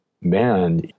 man